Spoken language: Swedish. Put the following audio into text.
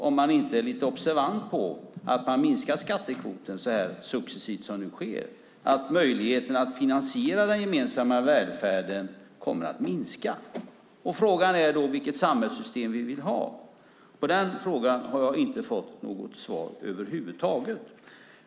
Om vi inte är observanta på att man minskar skattekvoten successivt på det sätt som nu sker kommer möjligheten att finansiera den gemensamma välfärden att minska. Frågan är då vilket samhällssystem vi vill ha. På den frågan har jag inte fått något svar över huvud taget.